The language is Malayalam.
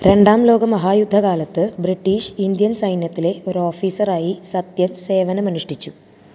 രണ്ടാം ലോകമഹായുദ്ധകാലത്ത് ബ്രിട്ടീഷ് ഇന്ത്യൻ സൈന്യത്തിലെ ഒരു ഓഫീസർ ആയി സത്യൻ സേവനം അനുഷ്ഠിച്ചു